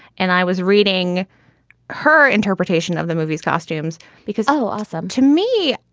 and i was reading her interpretation of the movie's costumes because, oh, awesome. to me,